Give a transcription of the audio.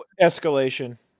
escalation